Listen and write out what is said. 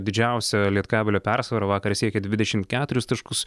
didžiausia lietkabelio persvara vakar siekė dvidešimt keturis taškus